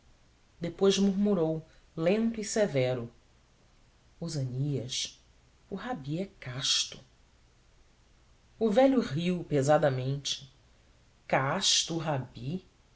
depois murmurou lento e severo osânias o rabi é casto o velho riu pesadamente casto o rabi